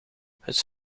het